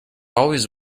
always